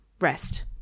rest